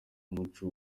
umuco